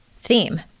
theme